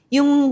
Yung